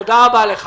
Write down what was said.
תודה רבה לכם.